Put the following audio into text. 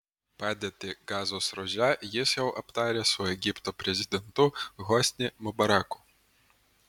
padėtį gazos ruože jis jau aptarė su egipto prezidentu hosni mubaraku